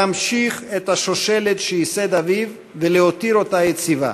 להמשיך את השושלת שייסד אביו ולהותיר אותה יציבה.